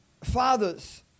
fathers